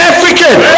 African